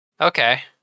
okay